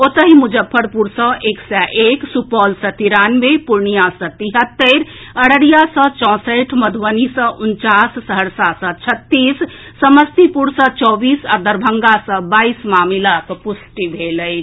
ओतहि मुजफ्फरपुर सँ एक सय एक सुपौल सँ तिरानवे पूर्णिया सँ तिहत्तरि अररिया सँ चौंसठि मधुबनी सँ उनचास सहरसा सँ छत्तीस समस्तीपुर सँ चौबीस आ दरभंगा सँ बाईस मामिलाक पुष्टि भेल अछि